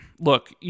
look